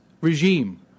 regime